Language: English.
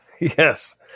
Yes